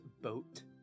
boat